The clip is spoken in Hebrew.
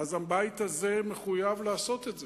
הבית הזה מחויב לעשות את זה,